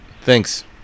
thanks